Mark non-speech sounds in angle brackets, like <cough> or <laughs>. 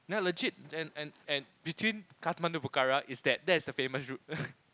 ya legit and and and between Kathmandu Pokhara is that that is the famous route <laughs>